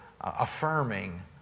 affirming